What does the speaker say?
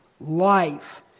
life